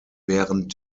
während